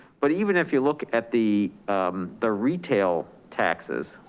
but even if you look at the the retail taxes,